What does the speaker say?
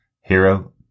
Hero